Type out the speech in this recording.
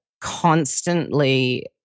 constantly